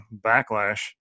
Backlash